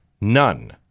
none